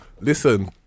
Listen